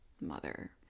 mother